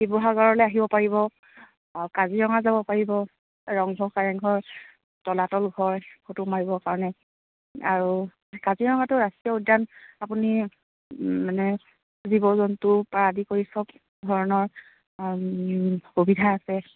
শিৱসাগৰলৈ আহিব পাৰিব কাজিৰঙা যাব পাৰিব ৰংঘৰ কাৰেংঘৰ তলাতল ঘৰ ফটো মাৰিবৰ কাৰণে আৰু কাজিৰঙাতো ৰাষ্ট্ৰীয় উদ্যান আপুনি মানে জীৱ জন্তুৰ পৰা আদি কৰি সব ধৰণৰ সুবিধা আছে